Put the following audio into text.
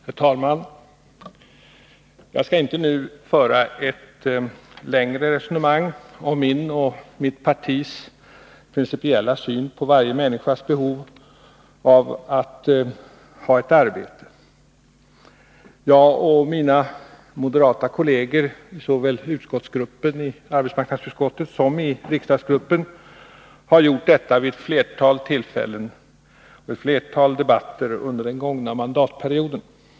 Herr talman! Jag skall inte nu föra ett längre resonemang om min och mitt partis principiella syn på varje människas behov av att ha ett arbete. Jag och mina moderata kolleger såväl i arbetsmarknadsutskottet som i riksdagsgruppen har gjort detta vid ett flertal tillfällen och i ett flertal debatter under den gångna mandatperioden.